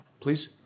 please